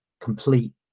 complete